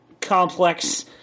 complex